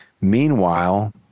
Meanwhile